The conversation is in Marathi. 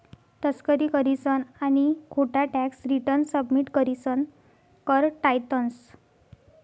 तस्करी करीसन आणि खोटा टॅक्स रिटर्न सबमिट करीसन कर टायतंस